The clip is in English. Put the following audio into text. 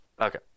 Okay